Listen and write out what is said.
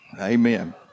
Amen